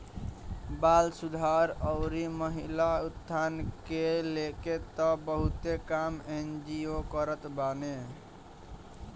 बाल सुधार अउरी महिला उत्थान के लेके तअ बहुते काम एन.जी.ओ करत बाने